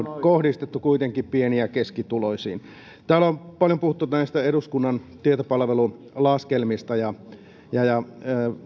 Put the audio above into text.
kohdistettu pieni ja keskituloisiin täällä on paljon puhuttu näistä eduskunnan tietopalvelun laskelmista ja ja